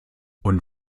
und